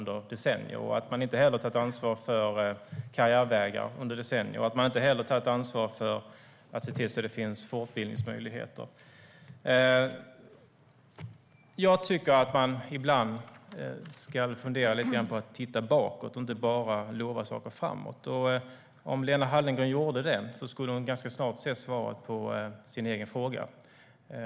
De har inte heller tagit ansvar för karriärvägar och fortbildningsmöjligheter. Jag tycker att man ska titta lite bakåt och inte bara lova saker framåt. Om Lena Hallengren gjorde det skulle hon ganska snart få svaret på sin fråga.